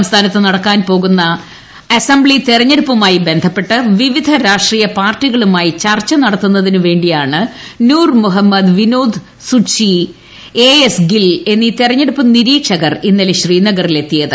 സംസ്ഥാനത്ത് നടക്കാൻ പോകുന്ന അസംബ്ലി തെരഞ്ഞെടുപ്പുമായി ബന്ധപ്പെട്ട് വിവിധ രാഷ്ട്രീയ പാർട്ടികളുമായി ചർച്ച നടത്തുന്നതിനുവേണ്ടിയാണ് നൂർമുഹമ്മദ് വിനോദ് സുറ്റ്ഷി എ എസ് ഗിൽ എന്നീ തെരഞ്ഞെടുപ്പ് നിരീക്ഷകർ ഇന്നലെ ശ്രീനഗറിൽ എത്തിയത്